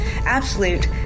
absolute